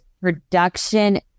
production